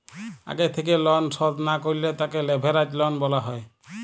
আগে থেক্যে লন শধ না করলে তাকে লেভেরাজ লন বলা হ্যয়